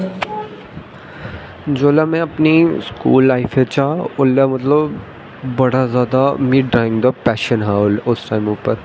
जिसलै में अपनी स्कूल लाईफ च हा उसलै मतलव बड़ा जादा ड्राईंग जा पैशन ही उस टाईम